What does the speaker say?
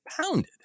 pounded